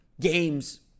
games